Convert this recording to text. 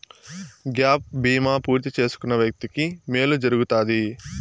gap బీమా పూర్తి చేసుకున్న వ్యక్తికి మేలు జరుగుతాది